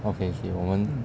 okay okay 我们